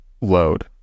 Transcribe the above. load